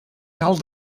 cal